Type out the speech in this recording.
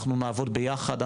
אנחנו נעבוד ביחד,